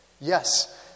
Yes